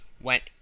went